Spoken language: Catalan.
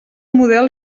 model